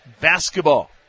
basketball